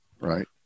right